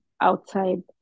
outside